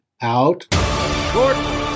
out